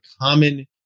common